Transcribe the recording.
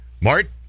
Mart